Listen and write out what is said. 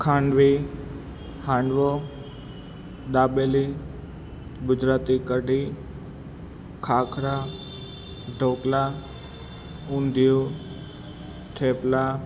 ખાંડવી handvo dabeli Gujarati kadhi khakhra dhokla undhiyu thepla